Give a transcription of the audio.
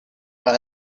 are